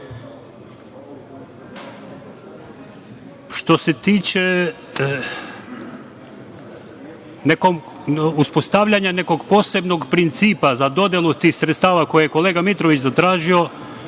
se tiče uspostavljanja nekog posebnog principa za dodelu tih sredstava koje je kolega Mitrović zatražio,